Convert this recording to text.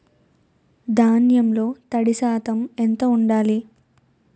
ధాన్యంలో తడి శాతం ఎంత ఉండాలి?